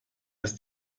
ist